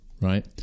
right